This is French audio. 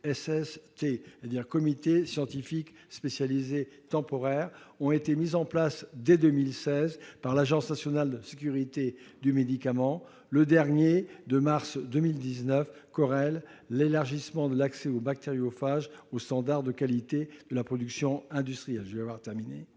CSST, c'est-à-dire des comités scientifiques spécialisés temporaires, ont été mis en place dès 2016 par l'Agence nationale de sécurité du médicament et des produits de santé. Le dernier, de mars 2019, corrèle l'élargissement de l'accès aux bactériophages aux standards de qualité de la production industrielle. Or il faut savoir